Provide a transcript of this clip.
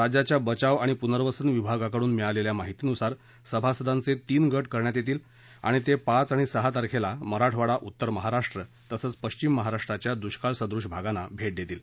राज्याच्या बचाव आणि पुनर्वसन विभागाकडुन मिळालेल्या माहितीनुसार सभासदांचे तीन गट करण्यात येतील आणि ते पाच आणि सहा तारखेला मराठवाडा उत्तर महाराष्ट्र तसंच पश्विम महाराष्ट्राच्या द्ष्काळ सदृश भागांना भेट देतील